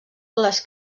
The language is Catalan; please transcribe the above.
les